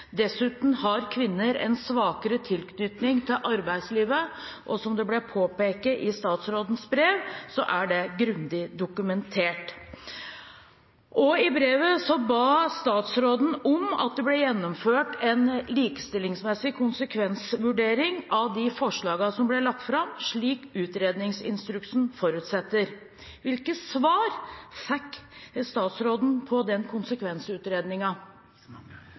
Dessuten har kvinner en svakere tilknytning til arbeidslivet, og som det ble påpekt i statsrådens brev, er det grundig dokumentert. I brevet ba statsråden om at det ble gjennomført en likestillingsmessig konsekvensutredning av de forslagene som ble lagt fram, slik utredningsinstruksen forutsetter. Hvilke svar fikk statsråden på den